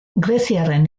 greziarren